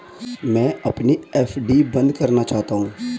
मैं अपनी एफ.डी बंद करना चाहती हूँ